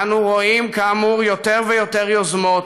ואנו רואים, כאמור, יותר ויותר יוזמות,